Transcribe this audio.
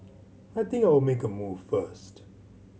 I think I'll make a move first